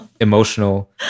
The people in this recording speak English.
emotional